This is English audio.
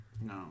No